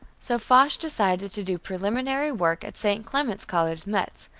so foch decided to do preliminary work at st. clement's college, metz,